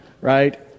Right